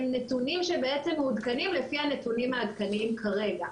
הם נתונים שמעודכנים לפי הנתונים העדכניים כרגע.